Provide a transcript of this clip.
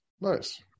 Nice